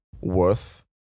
worth